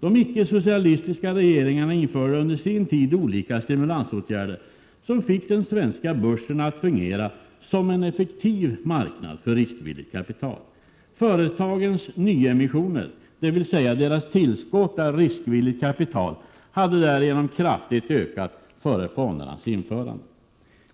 De icke-socialistiska regeringarna införde under sin tid olika stimulansåtgärder som fick den svenska börsen att fungera som en effektiv marknad för riskvilligt kapital. Företagens nyemissioner, dvs. deras tillskott av riskvilligt kapital, hade därigenom kraftigt ökat före fondernas införande.